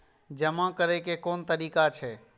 जमा करै के कोन तरीका छै?